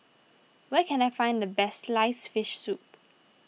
where can I find the Best Sliced Fish Soup